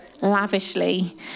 lavishly